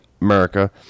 America